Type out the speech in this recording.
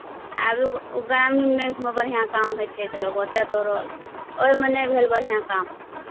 आरो ग्रामीण बैंकमे बढ़िआँ काम होइ छै तऽ लोक ओतय दौड़ल ओहिमे नहि भेल बढ़िआँ काम